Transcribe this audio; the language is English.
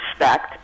respect